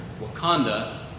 Wakanda